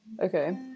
Okay